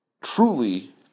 truly